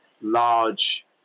large